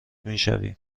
میشویم